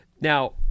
now